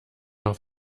noch